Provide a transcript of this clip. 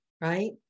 right